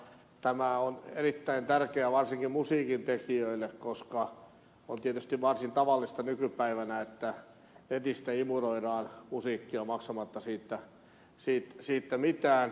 tämä on erittäin tärkeää varsinkin musiikintekijöille koska on tietysti varsin tavallista nykypäivänä että netistä imuroidaan musiikkia maksamatta siitä mitään